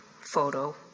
photo